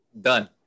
Done